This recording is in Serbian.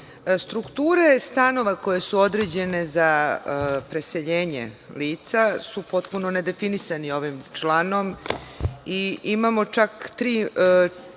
strukture stanova koje su određene za preseljenje lica su potpuno nedefinisani ovim članom. Imamo čak tri